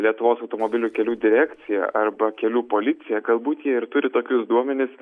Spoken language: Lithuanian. lietuvos automobilių kelių direkcija arba kelių policija galbūt jie ir turi tokius duomenis